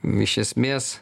iš esmės